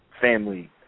family